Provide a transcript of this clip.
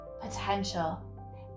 potential